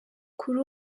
kuri